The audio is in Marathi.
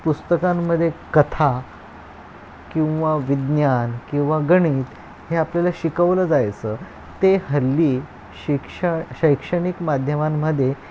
पुस्तकांमध्ये कथा किंवा विज्ञान किंवा गणित हे आपल्याला शिकवलं जायचं ते हल्ली शिक्षा शैक्षणिक माध्यमांमध्ये